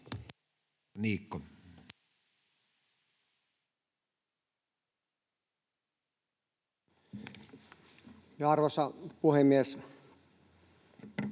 olla. Arvoisa puhemies!